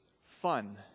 fun